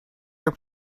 your